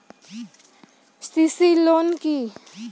CC loan কি?